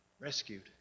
rescued